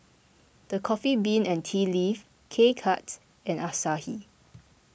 the Coffee Bean and Tea Leaf K Cuts and Asahi